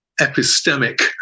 epistemic